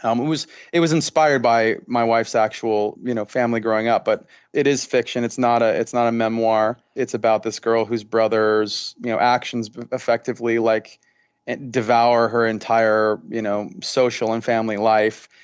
um it was inspired by my wife's actual you know family growing up, but it is fiction. it's not ah it's not a memoir. it's about this girl whose brother's you know actions effectively like and devour her entire you know social and family life.